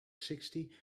sixty